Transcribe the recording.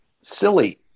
silly